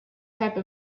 type